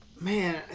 Man